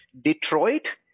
Detroit